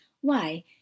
Why